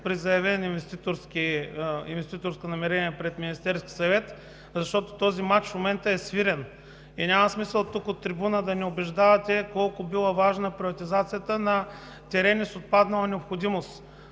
при заявено инвеститорско намерение пред Министерския съвет, защото този мач в момента е свирен и няма смисъл тук, от трибуната, да ни убеждавате колко била важна приватизацията на терени с отпаднала необходимост.